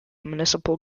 municipal